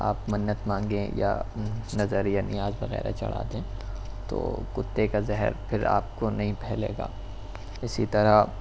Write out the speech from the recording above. آپ منت مانگیں یا نذر یا نیاز وغیرہ چڑھا دیں تو کتے کا زہر پھر آپ کو نہیں پھیلے گا اسی طرح